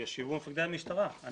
ישיבו מפקדי המשטרה.